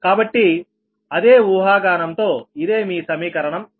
కాబట్టి అదే ఊహాగానం తో ఇదే మీ సమీకరణం 60